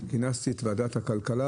כינסתי את ועדת הכלכלה.